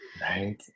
Right